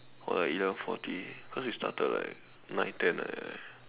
what eleven forty cause we started like nine ten like that eh